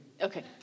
Okay